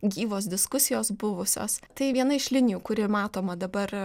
gyvos diskusijos buvusios tai viena iš linijų kuri matoma dabar